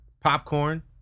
popcorn